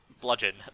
bludgeon